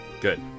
Good